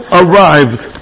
arrived